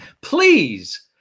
please